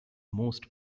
most